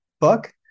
book